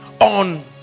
on